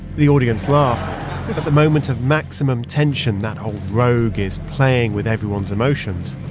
the audience laughs at the moment of maximum tension that old rogue is playing with everyone's emotions.